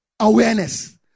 Awareness